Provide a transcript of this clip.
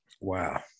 Wow